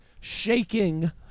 shaking